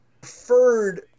preferred